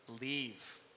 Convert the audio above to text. leave